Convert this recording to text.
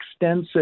extensive